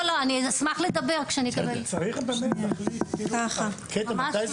אני כן חושב שכבר עמדנו פה על שתי הנקודות